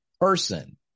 person